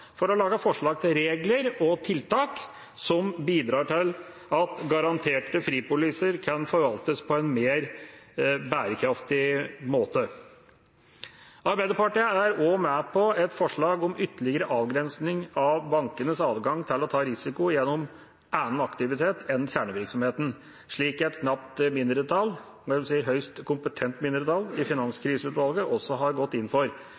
for å lage forslag til «regler og tiltak som kan bidra til at garanterte fripoliser kan forvaltes på en mer bærekraftig måte». Arbeiderpartiet er også med på et forslag om en ytterligere avgrensning av «bankenes adgang til å ta risiko gjennom annen aktivitet enn kjernevirksomheten», slik et knapt mindretall – men et høyst kompetent mindretall – i Finanskriseutvalget også har gått inn for.